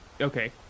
Okay